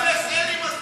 שתיים אפס,